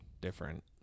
different